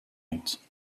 monte